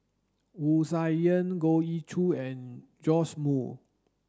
Wu Tsai Yen Goh Ee Choo and Joash Moo